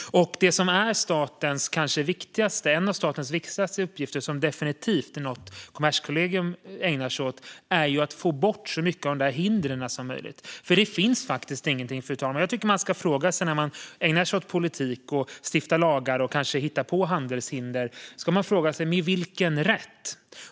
Det som är en av statens viktigaste uppgifter, och som definitivt är någonting som Kommerskollegium ägnar sig åt, är ju att få bort så mycket av hindren som möjligt. Fru talman! När man ägnar sig åt politik, stiftar lagar och kanske hittar på handelshinder tycker jag att man ska fråga sig med vilken rätt.